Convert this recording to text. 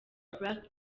black